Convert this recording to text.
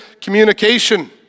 communication